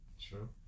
True